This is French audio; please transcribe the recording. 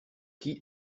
qui